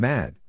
Mad